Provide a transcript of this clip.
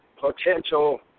potential